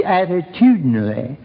attitudinally